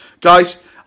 Guys